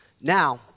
Now